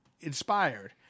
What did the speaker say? inspired